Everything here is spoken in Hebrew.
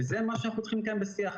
וזה מה שאנחנו צריכים לקיים בשיח.